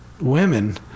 women